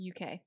UK